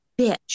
bitch